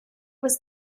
was